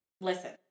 Listen